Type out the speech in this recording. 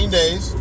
days